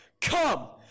Come